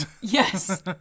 Yes